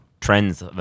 trends